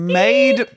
made